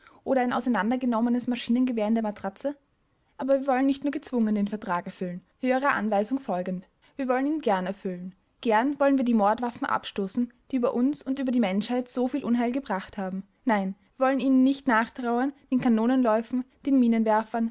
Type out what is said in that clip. oder ein auseinandergenommenes maschinengewehr in der matratze aber wir wollen nicht nur gezwungen den vertrag erfüllen höherer anweisung folgend wir wollen ihn gern erfüllen gern wollen wir die mordwaffen abstoßen die über uns und über die menschheit so viel unheil gebracht haben nein wir wollen ihnen nicht nachtrauern den kanonenläufen den